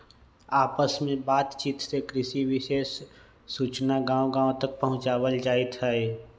आपस में बात चित से कृषि विशेष सूचना गांव गांव तक पहुंचावल जाईथ हई